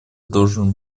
должен